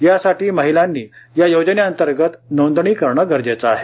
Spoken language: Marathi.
यासाठी महिलांनी या योजने अंतर्गत नोंदणी करणे गरजेचे आहे